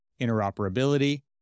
interoperability